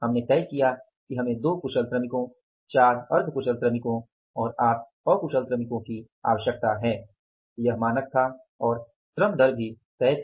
हमने तय किया कि हमें 2 कुशल श्रमिकों 4 अर्ध कुशल श्रमिकों और 8 अकुशल श्रमिकों की आवश्यकता है यह मानक था और श्रम दर भी तय था